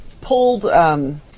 pulled